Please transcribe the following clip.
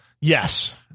Yes